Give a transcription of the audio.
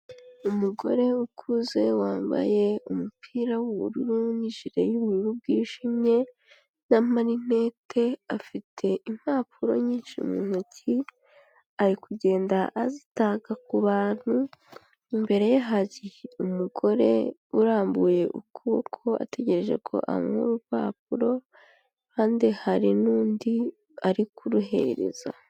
Umugore ukuze wambaye umupira w'ubururu n'ijire y'ubururu bwijimye n'amarinete, afite impapuro nyinshi mu ntoki ari kugenda azitanga ku bantu, imbere ye hari umugore urambuye ukuboko ategereje ko amuha urupapuro, kandi hari n'undi ari kuruhereza.